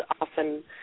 often